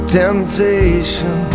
temptation